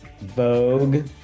Vogue